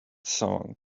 song